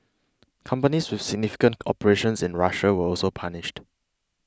companies with significant operations in Russia were also punished